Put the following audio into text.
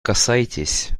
касайтесь